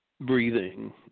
breathing